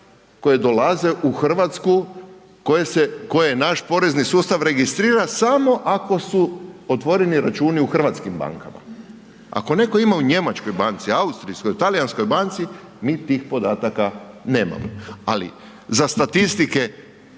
koje dolaze u Hrvatsku koje naš porezni sustav registrira samo ako su otvoreni računi u hrvatskim bankama. Ako netko ima u njemačkoj banci, austrijskoj, talijanskoj banci, mi tih podataka nemamo ali za statistike,